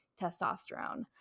testosterone